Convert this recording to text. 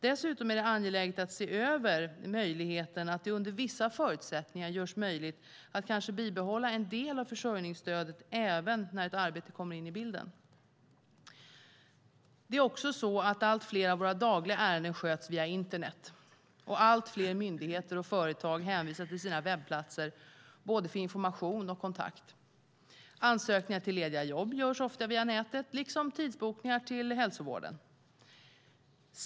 Dessutom är det angeläget att se över möjligheten att under vissa förutsättningar göra det möjligt att behålla en del av försörjningsstödet även när ett arbete kommer in i bilden. Det är också så att allt fler av våra dagliga ärenden sköts via internet, och allt fler myndigheter och företag hänvisar till sina webbplatser för både information och kontakt. Ansökningar till lediga jobb görs ofta via nätet, liksom tidsbokningar till hälsovården.